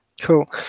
Cool